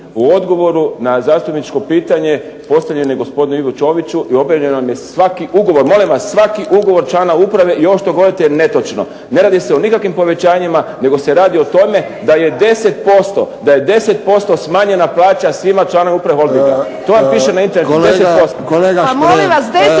u odgovoru na zastupničko pitanje, postavljeno je gospodinu Ivi Čoviću, i objavljen vam je svaki ugovor, molim vas svaki ugovor člana uprave i ovo što govorite je netočno. Ne radi se o nikakvim povećanjima, nego se radi o tome da je 10% smanjena plaća svima članovima uprave Holdinga. To vam piše na Internetu.